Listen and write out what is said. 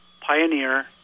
Pioneer